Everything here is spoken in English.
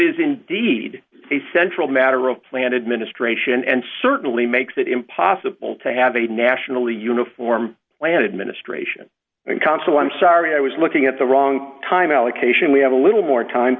is indeed a central matter of planet ministration and certainly makes it impossible to have a nationally uniform planted ministration and consul i'm sorry i was looking at the wrong time allocation we have a little more time